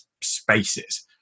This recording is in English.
spaces